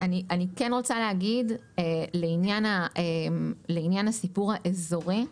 לעניין הסיפור האזורי,